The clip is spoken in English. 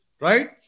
right